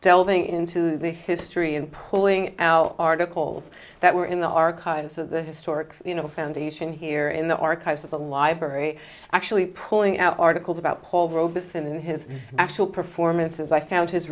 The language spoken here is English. delving into the history and pulling out articles that were in the archives of the historic you know foundation here in the archives of the library actually pulling out articles about paul robeson and his actual performances i found his